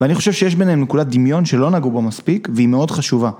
ואני חושב שיש ביניהם נקודת דמיון שלא נגעו בה מספיק והיא מאוד חשובה